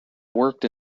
worked